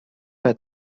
bei